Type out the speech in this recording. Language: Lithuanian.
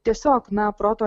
tiesiog na proto